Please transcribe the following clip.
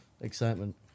excitement